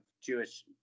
Jewish